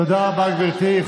תודה רבה, גברתי.